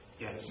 Yes